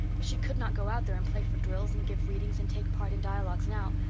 she could not go out there and play for drills and give readings and take part in dialogues now.